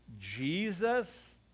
Jesus